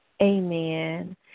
amen